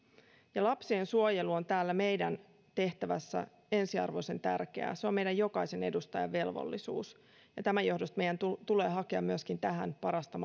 lapsien suojelu on meidän tehtävässämme ensiarvoisen tärkeää se on meidän jokaisen edustajan velvollisuus ja tämän johdosta meidän tulee hakea myöskin tähän parasta